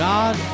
God